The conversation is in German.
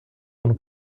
und